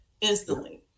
instantly